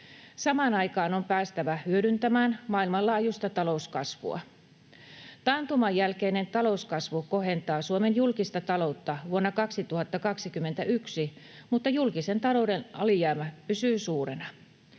Samaan aikaan on päästävä hyödyntämään maailmanlaajuista talouskasvua. Taantuman jälkeinen talouskasvu kohentaa Suomen julkista taloutta vuonna 2021, mutta julkisen talouden alijäämä pysyy suurena.